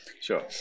Sure